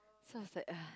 so I was like !ugh!